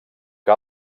que